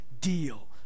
deal